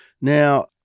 Now